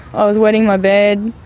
i was wetting my bed.